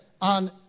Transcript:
on